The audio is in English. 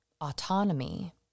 autonomy